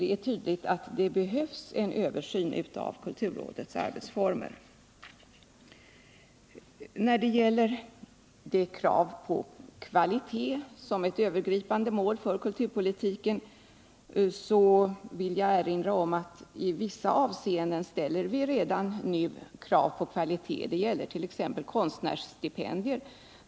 Det är tydligt att det behövs en översyn av kulturrådets arbetsformer. När det gäller kravet på kvalitet som ett övergripande mål för kulturpolitiken vill jag erinra om att vi redan nu ställer krav på kvalitet i vissa avseenden. Det gäller t.ex. konstnärsstipendier.